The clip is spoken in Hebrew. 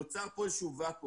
נוצר פה איזה שהוא ואקום.